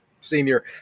senior